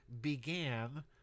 began